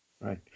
Right